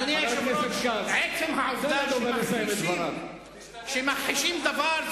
עצם העובדה שמכחישים דבר,